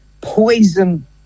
poison